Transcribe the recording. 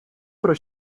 про